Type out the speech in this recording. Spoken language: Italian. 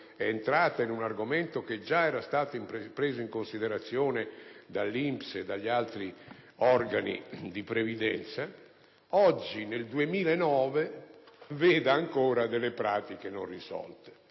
disciplinato un argomento già preso in considerazione dall'INPS e dagli altri organi di previdenza, oggi, nel 2009, veda ancora delle pratiche non risolte.